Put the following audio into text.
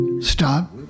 stop